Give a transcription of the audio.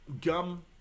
gum